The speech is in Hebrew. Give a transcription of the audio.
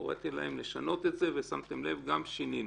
הוריתי להם לשנות את זה ושמתם לב ששינינו.